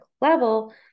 level